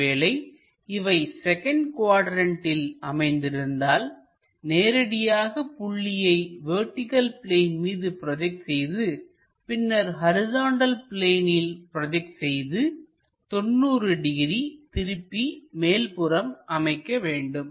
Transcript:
ஒருவேளை இவை செகண்ட் குவாட்ரண்ட்டில் அமைந்திருந்தால் நேரடியாக புள்ளியை வெர்டிகள் பிளேன் மீது ப்ரோஜெக்ட் செய்து பின்னர் ஹரிசாண்டல் பிளேனில் ப்ரோஜெக்ட் செய்து 90 டிகிரி திருப்பி மேல்புறம் அமைக்கவேண்டும்